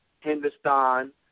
Hindustan